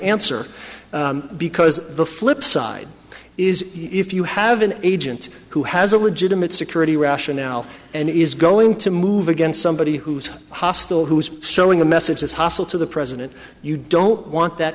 answer because the flip side is if you have an agent who has a legitimate security rationale and is going to move against somebody who's hostile who's showing the message as hostile to the president you don't want that